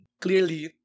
Clearly